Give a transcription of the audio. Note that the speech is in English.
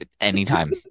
anytime